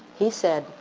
he said,